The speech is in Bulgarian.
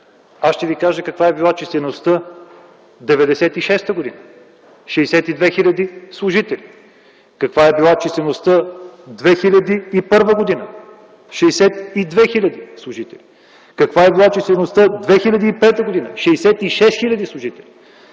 Аз ще ви кажа каква е била числеността 1996 г. – 62 хил. служители, каква е била числеността 2001 г. – 62 хил. служители, каква е била числеността 2005 г. – 66 хил. служители,